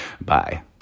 Bye